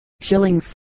shillings